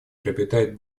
приобретает